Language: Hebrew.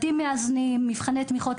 אבל